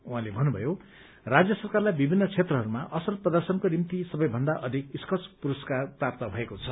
उहाँले भन्नुभयो राज्य सरकारलाई विभिन्न क्षेत्रहरूमा असल प्रदर्शनको निम्ति सबैभन्दा अधिक स्काच पुरस्कार प्राप्त भएको छ